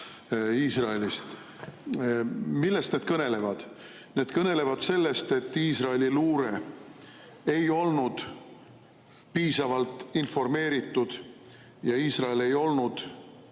Millest need kõnelevad? Need kõnelevad sellest, et Iisraeli luure ei olnud piisavalt informeeritud ja Iisrael ei olnud